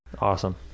Awesome